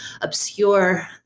obscure